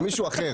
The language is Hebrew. של מישהו אחר,